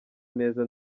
neza